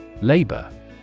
Labor